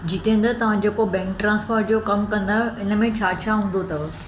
जितेंदर तव्हां जेको bank transfer जो कमु कंदा आहियो इन में छा छा हूंदो अथव